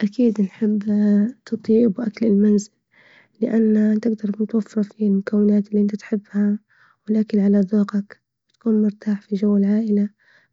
أكيد أحب تطيب أكل المنزل لإن إنت بتوفر المكونات اللي إنت تحبها، والأكل على ذوقك وتكون مرتاح في جو العائلة،